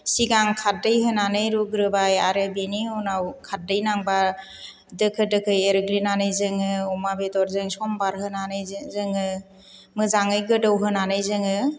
सिगां खार्दै होनानै रुग्रोबाय आरो बेनि उनाव खारदै नांबा दोखो दोखो एरग्लिनानै जोङो अमा बेदरजों सम्भार होनानै जोङो मोजाङै गोदौ होनानै जोङो